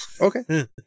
okay